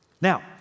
Now